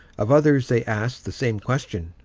of others they asked the same question,